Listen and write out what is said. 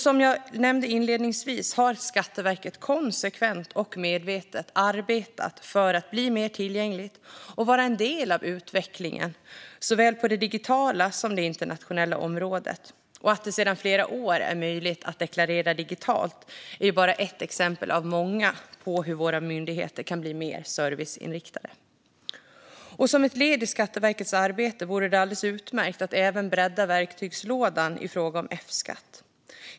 Som jag nämnde inledningsvis har Skatteverket konsekvent och medvetet arbetat för att bli mer tillgängligt och vara en del av utvecklingen på såväl det digitala som det internationella området. Att det sedan flera år är möjligt att deklarera digitalt är bara ett exempel av många på hur våra myndigheter kan bli mer serviceinriktade. Som ett led i Skatteverkets arbete vore det alldeles utmärkt att även bredda verktygslådan i fråga om F-skatt.